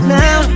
now